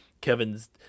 Kevin's